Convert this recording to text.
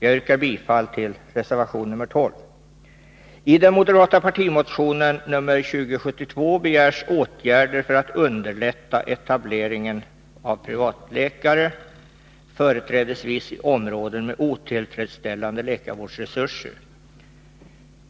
Jag yrkar bifall till reservation 12. etablering av privatläkare, företrädesvis i områden med otillfredsställande läkarvårdsresurser.